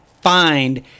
find